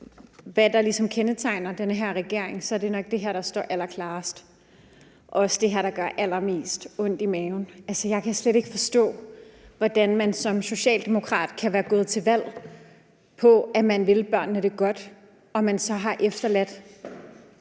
hvad der ligesom kendetegner den her regering, så er det nok det her, der står klarest, og også det her, der gør allermest ondt i maven. Jeg kan slet ikke forstå, hvordan man som socialdemokrat kan være gået til valg på, at man vil børnene det godt, og at man så har efterladt